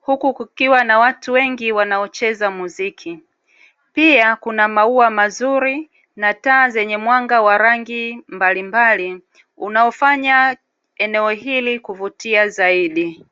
hukukukiwa na watu wengi wanaocheza muziki, pia kuna maua mazuri na taa zenye mwanga wa rangi mbalimbali unaofanya eneo hili kuvutia zaidi.